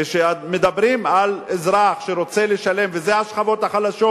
כשמדברים על אזרח שרוצה לשלם, וזה השכבות החלשות,